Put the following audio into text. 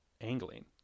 angling